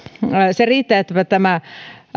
se riittää että tämä